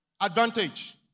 advantage